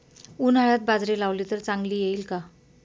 उन्हाळ्यात बाजरी लावली तर चांगली येईल का?